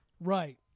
Right